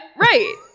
right